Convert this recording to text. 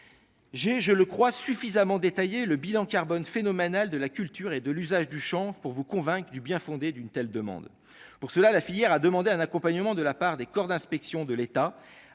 j'ai, je le crois suffisamment détaillé le bilan carbone phénoménal de la culture et de l'usage du chance pour vous convaincre du bien-fondé d'une telle demande pour cela, la filière a demandé un accompagnement de la part des corps d'inspection de l'État